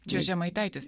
čia žemaitaitis